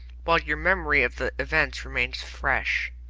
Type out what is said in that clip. while your memory of the events remains fresh.